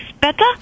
better